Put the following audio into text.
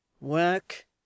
Work